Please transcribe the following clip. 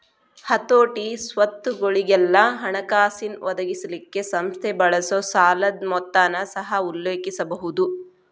ಹತೋಟಿ, ಸ್ವತ್ತುಗೊಳಿಗೆಲ್ಲಾ ಹಣಕಾಸಿನ್ ಒದಗಿಸಲಿಕ್ಕೆ ಸಂಸ್ಥೆ ಬಳಸೊ ಸಾಲದ್ ಮೊತ್ತನ ಸಹ ಉಲ್ಲೇಖಿಸಬಹುದು